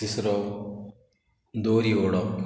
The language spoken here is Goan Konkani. तिसरो दोरी गोडो